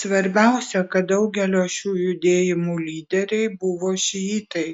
svarbiausia kad daugelio šių judėjimų lyderiai buvo šiitai